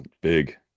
Big